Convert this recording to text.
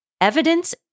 evidence